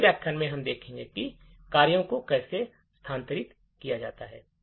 अगले व्याख्यान में हम देखेंगे कि कार्यों को कैसे स्थानांतरित किया जाता है